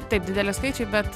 taip dideli skaičiai bet